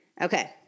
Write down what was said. Okay